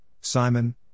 Simon